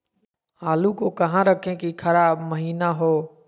आलू को कहां रखे की खराब महिना हो?